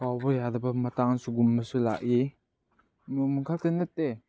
ꯀꯥꯎꯕ ꯌꯥꯗꯕ ꯃꯇꯥꯡ ꯁꯤꯒꯨꯝꯕꯁꯨ ꯂꯥꯛꯏ ꯅꯣꯡꯃ ꯈꯛꯇ ꯅꯠꯇꯦ